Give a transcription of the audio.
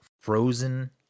frozen